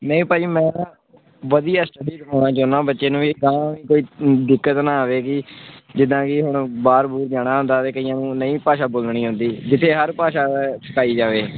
ਨਹੀਂ ਭਾਅ ਜੀ ਮੈਂ ਵਧੀਆ ਸਟਡੀ ਕਰਵਾਉਣਾ ਚਾਹੁੰਦਾ ਬੱਚੇ ਨੂੰ ਵੀ ਅਗਾਹਾਂ ਵੀ ਕੋਈ ਦਿੱਕਤ ਨਾ ਆਵੇਗੀ ਜਿੱਦਾਂ ਕਿ ਹੁਣ ਬਾਹਰ ਬੂਹਰ ਜਾਣਾ ਹੁੰਦਾ ਅਤੇ ਕਈਆਂ ਨੂੰ ਨਹੀਂ ਭਾਸ਼ਾ ਬੋਲਣੀ ਆਉਂਦੀ ਜਿੱਥੇ ਹਰ ਭਾਸ਼ਾ ਸਿਖਾਈ ਜਾਵੇ